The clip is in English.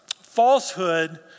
falsehood